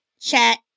chat